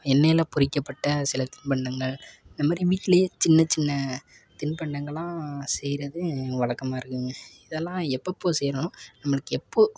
எண்ணெயில் பொறிக்கப்பட்ட சில தின்பண்டங்கள் இந்த மாதிரி வீட்டிலையே சின்ன சின்ன தின்பண்டங்களெலாம் செய்கிறது வழக்கமா இருக்குதுங்க இதெல்லாம் எப்பெப்போ செய்கிறோன்னா நம்மளுக்கு எப்போது